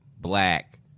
black